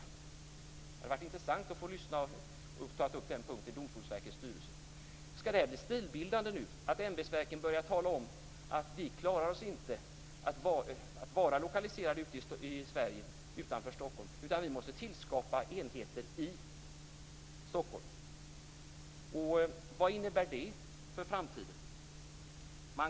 Det hade varit intressant att ta upp denna punkt i Domstolsverkets styrelse. Skall det här bli stilbildande nu, att ämbetsverken börjar tala om att de inte klarar att vara lokaliserade ute i landet utan måste tillskapa enheter i Stockholm? Vad innebär det för framtiden?